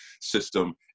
system